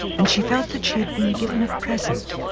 and she felt that she had been given a present,